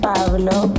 Pablo